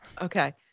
Okay